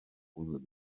wyddwn